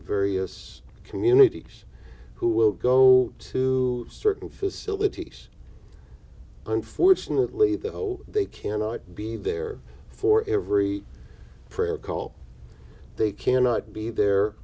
various communities who will go to certain facilities unfortunately though they cannot be there for every prayer call they cannot be there